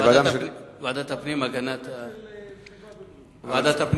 ועדה משותפת לסביבה ולבריאות.